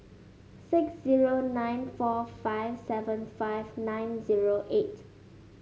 six zero nine four five seven five nine zero eight